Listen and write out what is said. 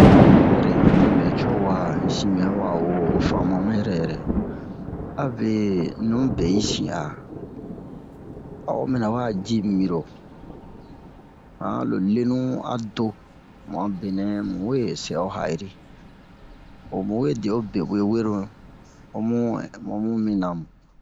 Zɛrɛ in sin bɛ to wa in sin bɛ wa wo o famu'a mu yɛrɛ yɛrɛ abe nu be yi sin a a'o mina wa ji miro han lo lenu a do mu'a benɛ mu we sɛ o ha'iri o mu we de o be'uwe wenu ho mu o mu mina mu